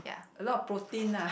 a lot of protein lah